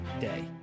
day